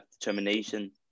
determination